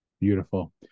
Beautiful